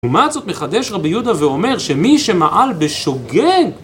לעומת זאת מחדש רבי יהודה ואומר שמי שמעל בשוגג